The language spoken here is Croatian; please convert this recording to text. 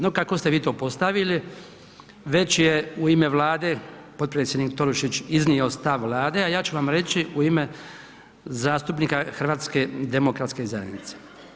No, kako ste vi to postavili već je u ime Vlade potpredsjednik Tolušić iznio stav Vlade, a ja ću vam reći u ime zastupnika HDZ-a.